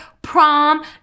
prom